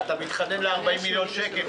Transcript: ואתה מתחנן ל-40 מיליון שקל,